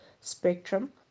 spectrum